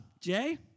Jay